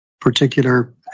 particular